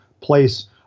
place